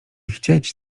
chcieć